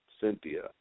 Cynthia